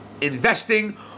Investing